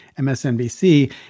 MSNBC